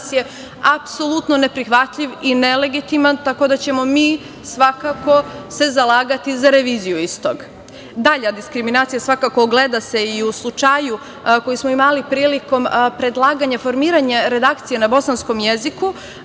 je apsolutno neprihvatljiv i nelegitiman, tako da ćemo mi svakako se zalagati za reviziju istog. Dalja diskriminacija se ogleda u slučaju koji smo imali prilikom predlaganja formiranja redakcije na bosanskom jeziku,